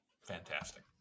fantastic